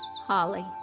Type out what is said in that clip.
Holly